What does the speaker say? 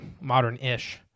modern-ish